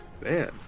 Man